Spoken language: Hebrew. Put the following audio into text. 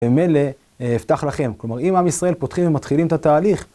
ממילא אפתח לכם, כלומר אם עם ישראל פותחים ומתחילים את התהליך